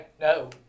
No